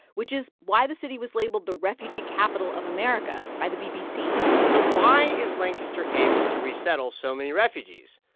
which is why the city was labeled the refugee capital of america by the bbc so why is lancaster able to resettle so many refugees?